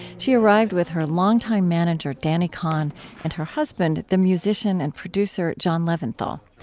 she arrived with her longtime manager danny kahn and her husband, the musician and producer john leventhal.